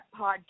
podcast